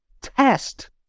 test